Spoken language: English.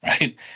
right